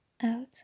out